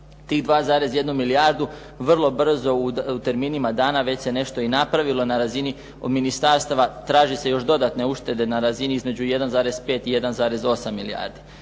Tih 2,1 milijardu vrlo brzo u terminima dana već se nešto i napravilo na razini ministarstava. Traže se još dodatne uštede na razini između 1,5 i 1,8 milijardi.